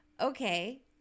Okay